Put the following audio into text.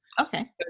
Okay